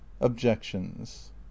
objections